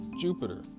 Jupiter